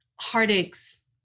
heartaches